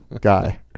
Guy